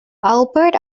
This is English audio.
albert